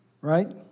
right